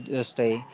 जस्तै